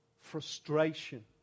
frustration